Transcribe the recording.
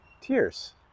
tears